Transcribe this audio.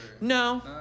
No